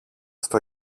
στο